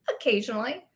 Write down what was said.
occasionally